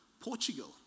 Portugal